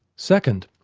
second,